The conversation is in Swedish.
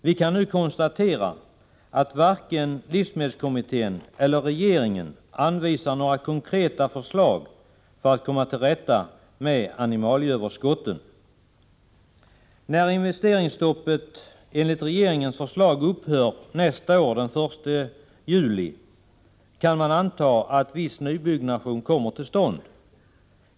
Vi kan nu konstatera att varken livsmedelskommittén eller regeringen framför några konkreta förslag för att komma till rätta med animalieöverskottet. När investeringsstoppet enligt regeringens förslag upphör den 1 juli nästa år kan man anta att viss nybyggnation kommer till stånd.